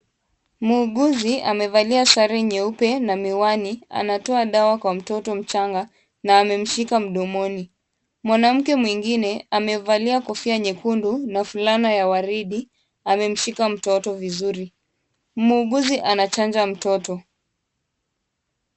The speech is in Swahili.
Muuguzi amevalia sare nyeupe na miwani anatoa chanjo kwa mtoto mchanga na amemshika mdomoni. Mwanamke mwingine amevalia kofia nyekundu na fulana ya waridi amemshika mtoto vizuri. Muuguzi anachanja mtoto.